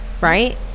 right